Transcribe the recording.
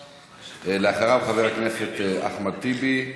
אחריו, חבר הכנסת אחמד טיבי,